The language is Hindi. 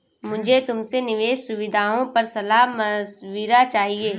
मुझे तुमसे निवेश सुविधाओं पर सलाह मशविरा चाहिए